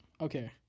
Okay